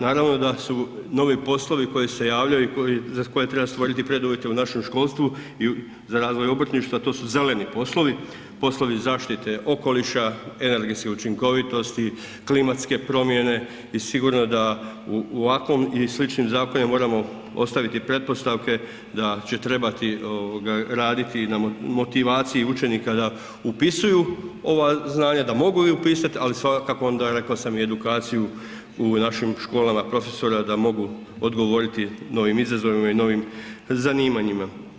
Naravno da su novi poslovi koji se javljaju i za koje treba stvoriti preduvjete u našem školstvu za razvoj obrtništva, to su zeleni poslovi, poslovi zaštite okoliša, energentske učinkovitosti, klimatske promjene i sigurno da u ovakvom i sličnim zakonima moramo ostaviti pretpostavke da će trebati raditi na motivaciji učenika da upisuju ova znanja, da mogu upisati, ali svakako onda, rekao sam i edukaciju u našim školama, profesora da mogu odgovoriti novim izazovima i novim zanimanjima.